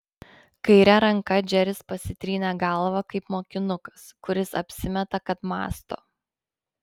kaire ranka džeris pasitrynė galvą kaip mokinukas kuris apsimeta kad mąsto